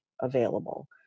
available